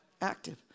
Active